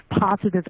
positive